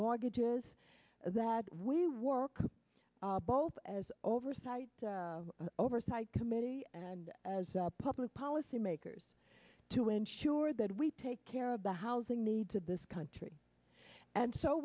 mortgages that we work both as oversight oversight committee and as a public policy makers to ensure that we take care of the housing needs of this country and so